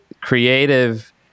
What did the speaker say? creative